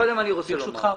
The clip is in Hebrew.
קודם אני רוצה לומר.